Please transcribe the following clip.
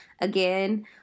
again